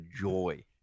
joy